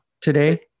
Today